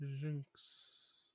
Jinx